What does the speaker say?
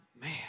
Man